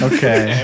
Okay